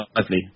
lively